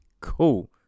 cool